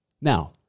Now